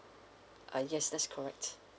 uh yes that's correct